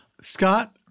Scott